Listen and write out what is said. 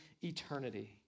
eternity